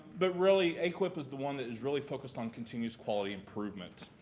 but really aquip is the one that is really focused on continuous quality improvement.